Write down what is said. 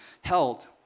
held